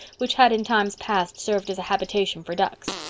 which had in times past served as a habitation for ducks.